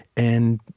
and,